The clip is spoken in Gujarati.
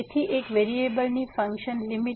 તેથી એક વેરિયેબલની ફંક્શનની લીમીટ